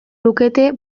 lukete